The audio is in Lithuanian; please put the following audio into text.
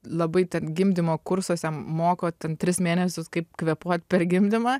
labai ten gimdymo kursuose moko ten tris mėnesius kaip kvėpuot per gimdymą